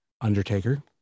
Undertaker